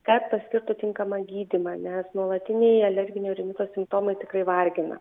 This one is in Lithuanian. kad paskirtų tinkamą gydymą nes nuolatiniai alerginio rinito simptomai tikrai vargina